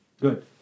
Good